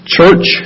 Church